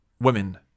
women